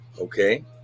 okay